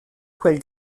quel